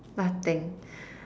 nothing